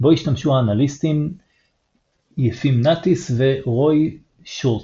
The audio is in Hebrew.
בו השתמשו האנליסטים Yefim Natisו Roy Schulte.